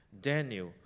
daniel